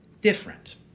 different